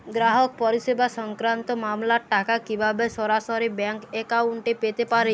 গ্রাহক পরিষেবা সংক্রান্ত মামলার টাকা কীভাবে সরাসরি ব্যাংক অ্যাকাউন্টে পেতে পারি?